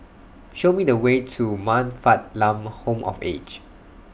Show Me The Way to Man Fatt Lam Home of Aged